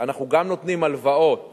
אנחנו גם נותנים הלוואות